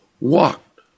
walked